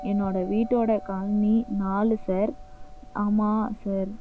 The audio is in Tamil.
என்னோடய வீட்டோடய காலனி நாலு சார் ஆமாம் சார்